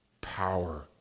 power